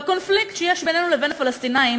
לקונפליקט שיש בינינו לבין הפלסטינים,